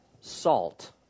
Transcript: salt